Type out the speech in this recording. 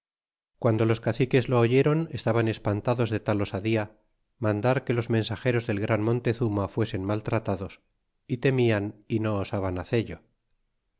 guando los caciques lo oyeron estaban espantados de tal osadía mandar que los mensajeros del gran montezuma fuesen maltratados y temian y no osaban hacello